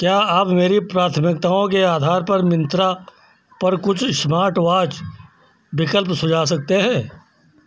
क्या आप मेरी प्राथमिकताओं के आधार पर मिन्त्रा पर कुछ स्मार्टवॉच विकल्प सुझा सकते हैं